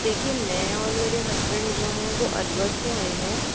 देखिए मैं और मेरे हसबेन्ड जो हैं अलवर से आए हैं